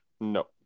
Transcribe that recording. No